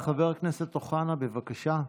חבר הכנסת אוחנה, בבקשה.